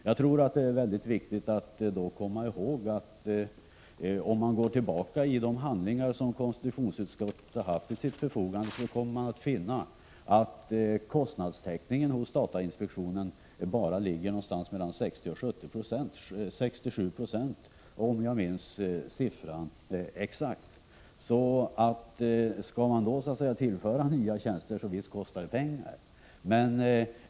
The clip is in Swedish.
Det är då mycket viktigt att komma ihåg, att om man går tillbaka till de handlingar som konstitutionsutskottet haft till sitt förfogande, kommer man att finna att kostnadstäckningen hos datainspektionen bara är 60-70 90, 67 Ye om jag minns rätt. Om nya tjänster tillförs kostar det alltså pengar.